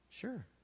Sure